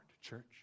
church